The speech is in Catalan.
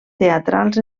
teatrals